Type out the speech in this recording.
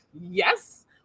yes